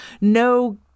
no